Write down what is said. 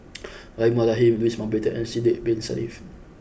Rahimah Rahim Louis Mountbatten and Sidek Bin Saniff